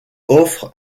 offre